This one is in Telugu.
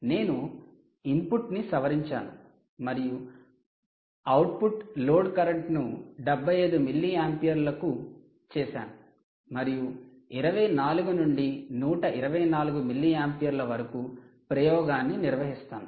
నేను ఇన్పుట్ను సవరించాను మరియు అవుట్పుట్ లోడ్ కరెంట్ను 75 మిల్లి యాంపియర్లకు చేసాను మరియు 24 నుండి 124 మిల్లియాంపియర్ల వరకు ప్రయోగాన్ని నిర్వహిస్తాను